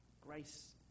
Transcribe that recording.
Grace